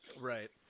Right